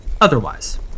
otherwise